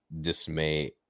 dismay